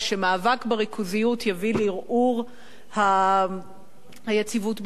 או שמאבק בריכוזיות יביא לערעור היציבות במשק.